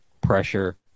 pressure